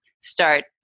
start